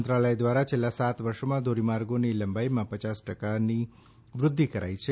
મંત્રાલય દ્વારા છેલ્લા સાત વર્ષોમાં ધોરીમાર્ગાની લંબાઈમાં પચાસ ટકાની વૃધ્યિ કરાઈ છે